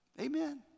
Amen